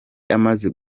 imaze